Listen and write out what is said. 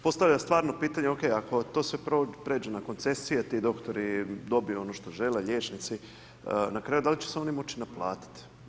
Postavljam stvarno pitanje, ok, ako sve to pređe na koncesije, ti doktori, dobiju ono što žele, liječnici, na kraju, da li će se oni moći naplatiti?